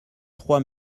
trois